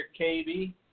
KB